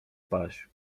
paź